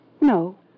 No